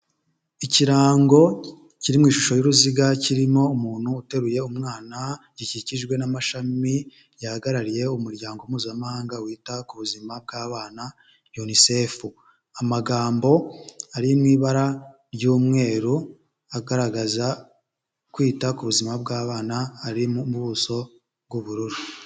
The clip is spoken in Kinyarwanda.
Ikirango kiri mu ishusho y'uruziga, kirimo umuntu uteruye umwana, gikikijwe n'amashami, gihagarariye umuryango mpuzamahanga wita ku buzima bw'abana , Yunisefu. Amagambo ari mu ibara ry'umweru, agaragaza kwita ku buzima bw'abana, ari mu buso bw'ubururu.